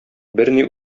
берни